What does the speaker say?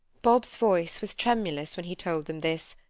bob's voice was tremulous when he told them this,